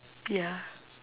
yeah